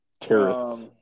Terrorists